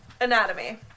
Anatomy